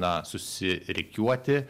na susirikiuoti